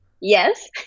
Yes